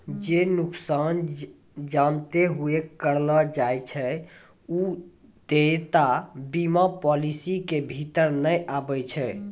जे नुकसान जानते हुये करलो जाय छै उ देयता बीमा पालिसी के भीतर नै आबै छै